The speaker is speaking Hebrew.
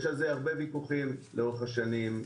יש על זה הרבה ויכוחים לאורך השנים.